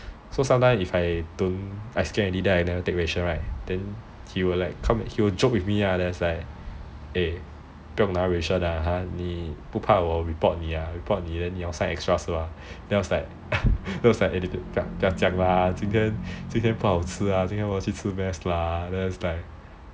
so sometimes if I scan already then I don't take rations right he will like joke with me lah like eh 不用拿 ration 啊你不怕我 report 你啊 report 你啊你要 sign extra 是吗 then I was like I was like eh 不要这样啦今天今天不好吃啦今天我去吃:bu yao zhe yang la jin tian jin tian wo qu chi lah then I was like